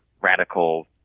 radical